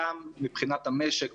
גם מבחינת המשק,